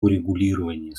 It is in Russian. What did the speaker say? урегулирование